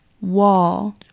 wall